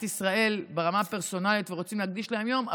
ישראל ברמה הפרסונלית ורוצים להקדיש להם יום,